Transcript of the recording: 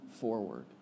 forward